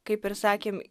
kaip ir sakėm